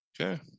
okay